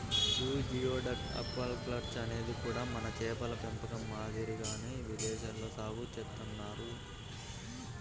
యీ geoduck aquaculture అనేది కూడా మన చేపల పెంపకం మాదిరిగానే విదేశాల్లో సాగు చేత్తన్నారు